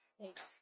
Thanks